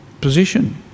position